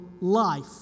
life